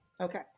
okay